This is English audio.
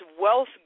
wealth